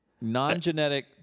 non-genetic